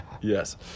Yes